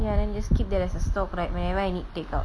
ya then you just keep that as a stock right whenever I need take out